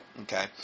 Okay